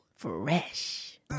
Fresh